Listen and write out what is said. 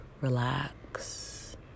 relax